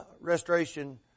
restoration